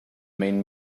main